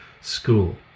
school